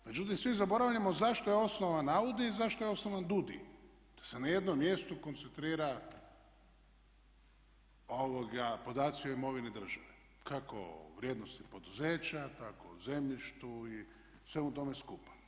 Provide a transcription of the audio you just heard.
Međutim svi zaboravljamo zašto je osnovan AUDI, zašto je osnovan DUUDI, da se na jednom mjestu koncentrira podaci o imovini države kako vrijednosti poduzeća tako zemljištu i svemu tome skupa.